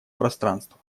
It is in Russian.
пространства